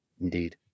Indeed